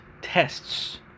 tests